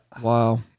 Wow